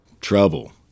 Trouble